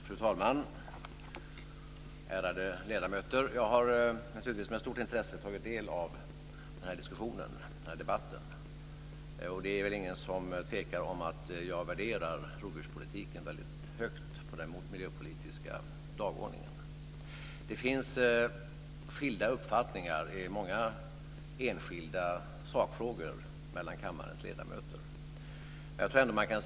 Fru talman! Ärade ledamöter! Jag har naturligtvis med stort intresse tagit del av den här debatten. Det är väl ingen som tvekar om att jag värderar rovdjurspolitiken väldigt högt på den miljöpolitiska dagordningen. Det finns skilda uppfattningar mellan kammarens ledamöter i många enskilda sakfrågor.